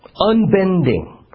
Unbending